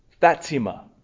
Fatima